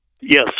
Yes